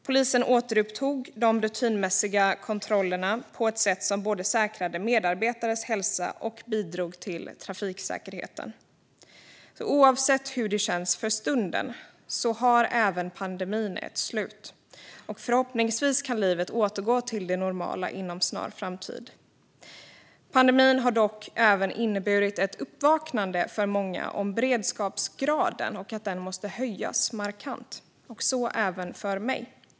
Polisen återupptog de rutinmässiga kontrollerna på ett sätt som både säkrade medarbetares hälsa och bidrog till trafiksäkerheten. Oavsett hur det känns för stunden har även pandemin ett slut, och förhoppningsvis kan livet återgå till det normala inom en snar framtid. Pandemin har dock även inneburit ett uppvaknande för många om att beredskapsgraden måste höjas markant, så även för mig.